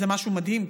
זה משהו מדהים,